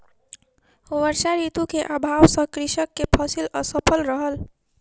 वर्षा ऋतू के अभाव सॅ कृषक के फसिल असफल रहल